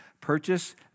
purchase